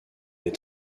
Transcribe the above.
est